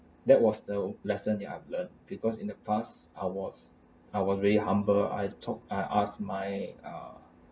that was the lesson that I've learnt because in the past I was I was very humble I talked I asked my ah